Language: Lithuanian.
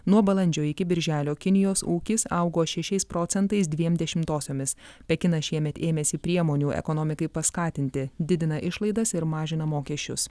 nuo balandžio iki birželio kinijos ūkis augo šešiais procentais dviem dešimtosiomis pekinas šiemet ėmėsi priemonių ekonomikai paskatinti didina išlaidas ir mažina mokesčius